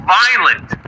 violent